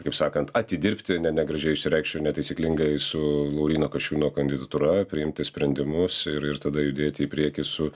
kaip sakant atidirbti ne negražiai išsireikšiu netaisyklingai su lauryno kasčiūno kandidatūra priimti sprendimus ir ir tada judėti į priekį su